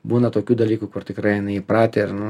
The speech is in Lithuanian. būna tokių dalykų kur tikrai neįpratę ir nu